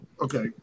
Okay